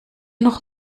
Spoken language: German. noch